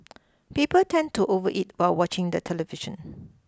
people tend to overeat while watching the television